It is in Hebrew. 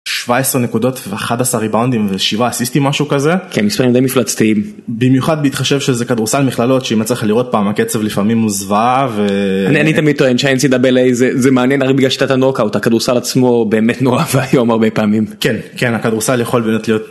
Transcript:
17 נקודות ו11 ריבאונדים ו7 אסיסטי משהו כזה. כן, מספרים די מפלצתיים. במיוחד בהתחשב שזה כדורסל מכללות שאם יצא לך לראות פעם הקצב לפעמים הוא זוועה ו... אני, אני תמיד טוען שהNCAA זה זה מעניין רק בגלל שנתת נוק אאוט, הכדורסל עצמו באמת נורא ואיום הרבה פעמים. כן, כן הכדורסל יכול באמת להיות...